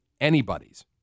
anybody's